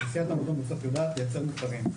תעשיית המזון בסוף יודעת לייצר מוצרים.